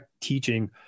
teaching